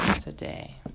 today